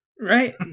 Right